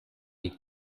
die